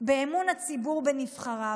באמון הציבור בנבחריו,